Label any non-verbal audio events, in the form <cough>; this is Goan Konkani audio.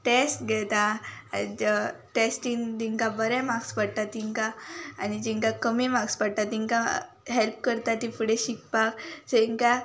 टेस्ट घेता <unintelligible> टेस्टीन जेंका बरे मार्क्स पडटा तेंकां आनी जेंकां कमी मार्क्स पडटा तेंकां हेल्प करता तीं फुडें शिकपाक तेंकां